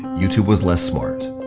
youtube was less smart.